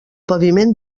paviment